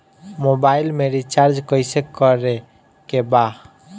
Mobile में recharge कइसे करे के बा?